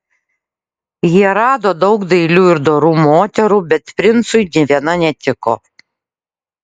jie rado daug dailių ir dorų moterų bet princui nė viena netiko